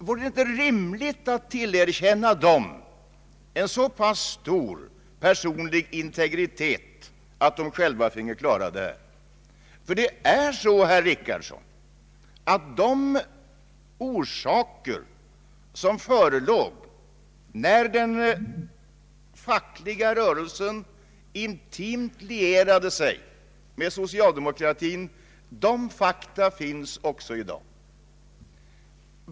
Vore det inte rimligt att tillerkänna dem en så pass stor personlig integritet att de själva kunde klara denna fråga? Ty det är så, herr Richardson, att de orsaker, som förelåg när den fackliga rörelsen intimt lierade sig med socialdemokratin, finns också i dag.